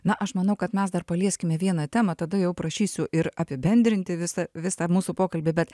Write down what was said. na aš manau kad mes dar palieskime vieną temą tada jau prašysiu ir apibendrinti visa visą mūsų pokalbį bet